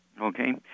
Okay